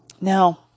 Now